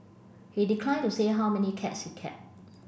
he declined to say how many cats he kept